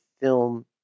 film